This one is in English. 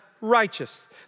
righteous